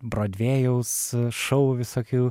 brodvėjaus šou visokių